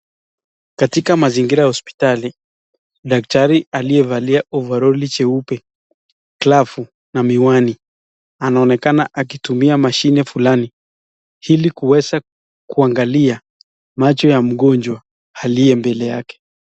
Katika mazingira hospitali, daktari aliyevalia ovaroli jeupe ,glavu na miwani anaonekana akitumia mashine Fulani iko kuweza kuangalia macho ya mgonjwa akiye mbele yake.